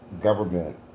government